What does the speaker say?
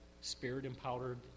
spirit-empowered